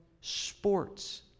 sports